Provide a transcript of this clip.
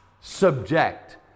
subject